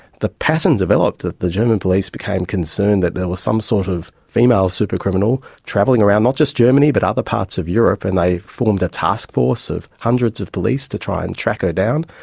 the pattern developed that the german police became concerned that there was some sort of female super criminal travelling around not just germany but other parts of europe, and they formed a task force of hundreds of police to try and track her down.